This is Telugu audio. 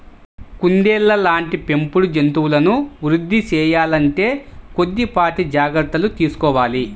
కుందేళ్ళ లాంటి పెంపుడు జంతువులను వృద్ధి సేయాలంటే కొద్దిపాటి జాగర్తలు తీసుకోవాలి